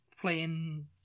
playing